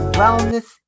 wellness